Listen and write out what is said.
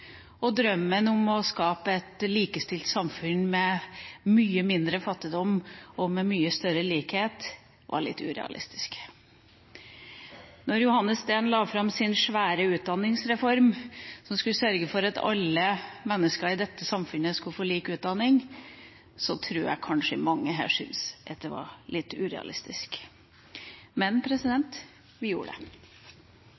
og drømmen om å skape et likestilt samfunn med mye mindre fattigdom og med mye større likhet var litt urealistisk. Da Johannes Steen la fram sin svære utdanningsreform som skulle sørge for at alle mennesker i dette samfunnet skulle få lik utdanning, tror jeg kanskje mange her syntes at det var litt urealistisk. Men